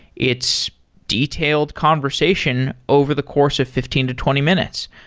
it's detailed conversation over the course of fifteen to twenty minutes.